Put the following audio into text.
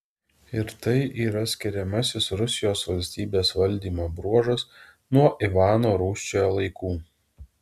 ir tai yra skiriamasis rusijos valstybės valdymo bruožas nuo ivano rūsčiojo laikų